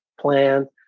plan